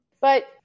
But-